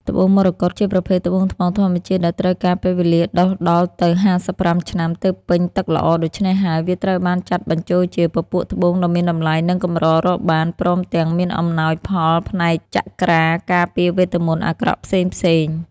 ត្បូងមរកត ជាប្រភេទត្បូងថ្មធម្មជាតិដែលត្រូវការពេលវេលា ដុះដល់ទៅ ៥៥ ឆ្នាំ ទើបពេញទឹកល្អ ដូច្នេះហើយ វាត្រូវបានចាត់បញ្ចូលជា ពពួកត្បូងដ៏មានតម្លៃនិងកម្ររកបាន ព្រមទំាងមានអំណោយផលផ្នែកចក្រា ការពារវេទមន្តអាក្រក់ផ្សេងៗ។